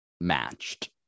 matched